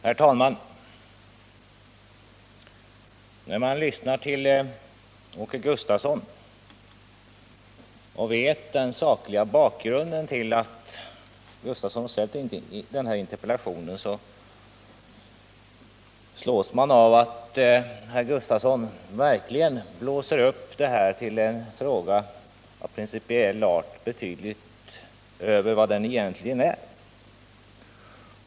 Herr talman! När man lyssnar till Åke Gustavsson och vet om den sakliga bakgrunden till att han ställt denna interpellation, slås man av att herr Gustavsson blåser upp den principiella frågan till att bli betydligt större än den egentligen är.